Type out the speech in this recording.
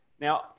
Now